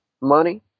money